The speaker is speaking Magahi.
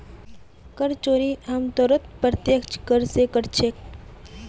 कर चोरी आमतौरत प्रत्यक्ष कर स कर छेक